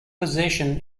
possession